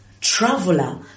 traveler